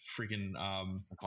freaking